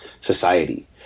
society